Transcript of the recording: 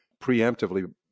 preemptively